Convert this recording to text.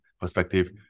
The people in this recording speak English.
perspective